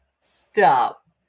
Stop